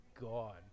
God